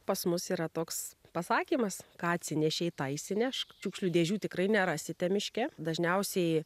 pas mus yra toks pasakymas ką atsinešei tą išsinešk šiukšlių dėžių tikrai nerasite miške dažniausiai